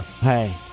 Hey